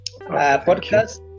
podcast